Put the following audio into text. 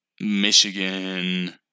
Michigan